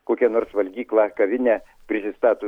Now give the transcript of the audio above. kokią nors valgyklą kavinę prisistato